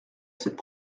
cette